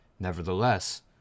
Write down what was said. Nevertheless